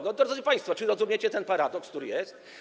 No drodzy państwo, czy rozumiecie ten paradoks, który tu jest?